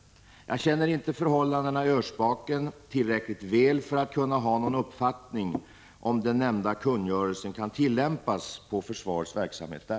Jag känner inte förhållandena i Örsbaken tillräckligt väl för att kunna ha någon uppfattning om den nämnda kungörelsen kan tillämpas på försvarets verksamhet där.